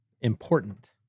important